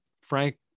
Frank